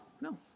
no